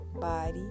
body